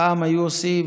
פעם היו עושים,